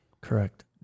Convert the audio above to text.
Correct